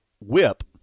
Whip